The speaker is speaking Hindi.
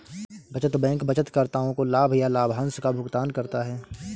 बचत बैंक बचतकर्ताओं को ब्याज या लाभांश का भुगतान करता है